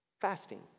Fasting